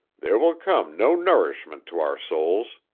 there will come no nourishment to our souls.